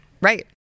right